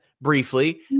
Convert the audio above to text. briefly